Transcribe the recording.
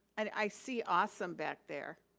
and i see awesome back there.